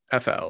FL